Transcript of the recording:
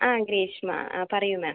ആ ഗ്രീഷ്മ ആ പറയൂ മാം